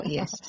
Yes